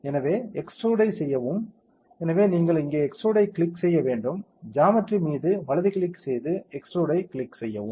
எனவே எக்ஸ்ட்ரூடை செய்யவும் எனவே நீங்கள் இங்கே எக்ஸ்ட்ரூடைக் கிளிக் செய்ய வேண்டும் ஜாமெட்ரி மீது வலது கிளிக் செய்து எக்ஸ்ட்ரூடைக் கிளிக் செய்யவும்